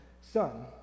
son